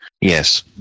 Yes